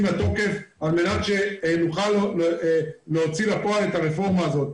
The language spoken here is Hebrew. לתוקף על מנת שנוכל להוציא לפועל את הרפורמה הזאת.